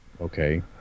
okay